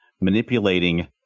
manipulating